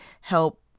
help